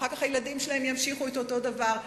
אחר כך הילדים שלהם ימשיכו את אותו דבר,